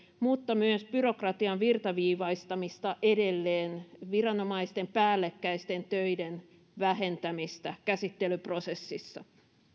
mutta myös byrokratian virtaviivaistamista edelleen viranomaisten päällekkäisten töiden vähentämistä käsittelyprosessissa